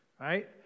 right